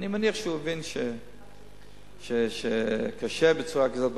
אני מניח שהוא הבין שקשה בצורה כזאת,